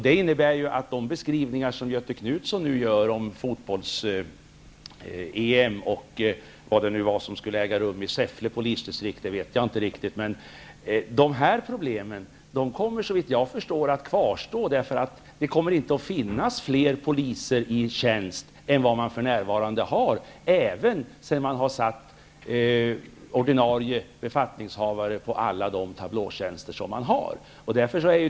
De problem som Göthe Knutson nu beskrev när det gäller fotbolls-EM och vad det nu var som skulle äga rum i Säffle polisdistrikt kommer såvitt jag förstår att kvarstå. Det kommer inte att finnas fler poliser i tjänst än vad det för närvarande finns, även sedan man har tillsatt orinarie befattningshavare på alla tablåtjänster.